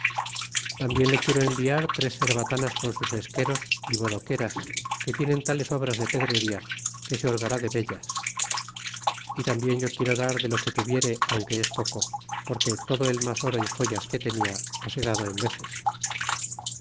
tambien le quiero enviar tres cerbatanas con sus esqueros y bodoqueras que tienen tales obras de pedrería que se holgará de veltas y tambien yo quiero dar de lo que tuviere aunque es poco porque todo el mas oro y joyas que tenia es he dado en veces